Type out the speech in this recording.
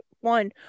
one